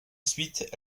suite